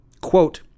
Quote